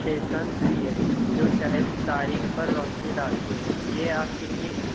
sessions بھی ہے جو شہر کی تاریخ پر روشنی ڈالتے ہیں یہ آپ کے لیے